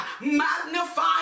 magnify